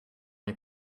the